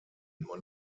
nur